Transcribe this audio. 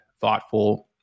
thoughtful